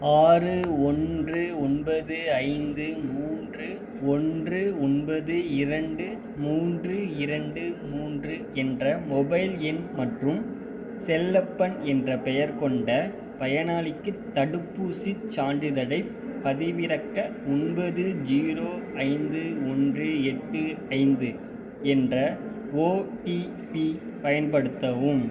ஆறு ஒன்று ஒன்பது ஐந்து மூன்று ஒன்று ஒன்பது இரண்டு மூன்று இரண்டு மூன்று என்ற மொபைல் எண் மற்றும் செல்லப்பன் என்ற பெயர் கொண்ட பயனாளிக்கு தடுப்பூசிச் சான்றிதழைப் பதிவிறக்க ஒன்பது ஜீரோ ஐந்து ஒன்று எட்டு ஐந்து என்ற ஓடிபி பயன்படுத்தவும்